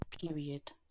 period